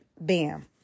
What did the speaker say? Bam